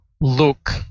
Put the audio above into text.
look